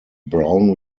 brown